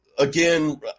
Again